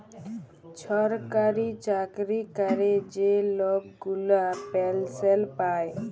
ছরকারি চাকরি ক্যরে যে লক গুলা পেলসল পায়